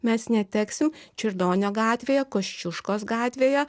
mes neteksim čiurlionio gatvėje kosčiuškos gatvėje